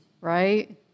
right